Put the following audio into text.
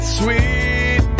sweet